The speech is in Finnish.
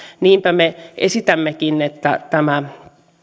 niinpä me esitämmekin että tämä